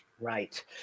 Right